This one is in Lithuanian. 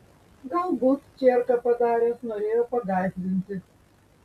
galbūt čierką padaręs norėjo pagąsdinti